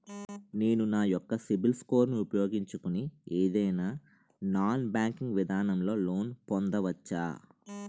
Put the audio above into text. నేను నా యెక్క సిబిల్ స్కోర్ ను ఉపయోగించుకుని ఏదైనా నాన్ బ్యాంకింగ్ విధానం లొ లోన్ పొందవచ్చా?